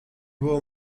było